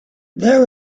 there